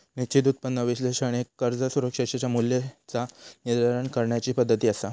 निश्चित उत्पन्न विश्लेषण एक कर्ज सुरक्षेच्या मूल्याचा निर्धारण करण्याची पद्धती असा